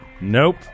Nope